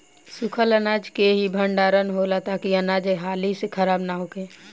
सूखल अनाज के ही भण्डारण होला ताकि अनाज हाली से खराब न होखे